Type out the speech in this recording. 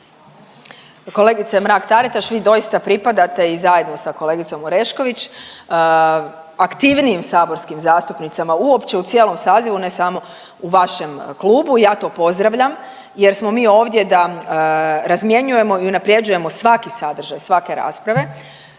Kolegice Mrak-Taritaš, vi doista pripadate i zajedno sa kolegicom Orešković aktivnijim saborskim zastupnicima, uopće u cijelom sazivu, ne samo u vašem klubu, ja to pozdravljam jer smo mi ovdje da razmjenjujemo i unaprjeđujemo svaki sadržaj svake rasprave,